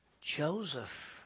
Joseph